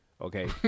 Okay